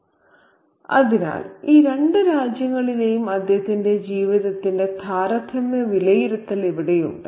" അതിനാൽ ഈ രണ്ട് രാജ്യങ്ങളിലെയും അദ്ദേഹത്തിന്റെ ജീവിതത്തിന്റെ താരതമ്യ വിലയിരുത്തൽ ഇവിടെയുണ്ട്